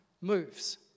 moves